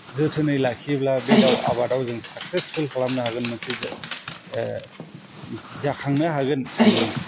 जोथोनै लाखियोब्ला बे दाव आबादाव जों साक्सेसफुल खालामनो हागोन मोनसे जाखांनो हागोन माने